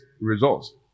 results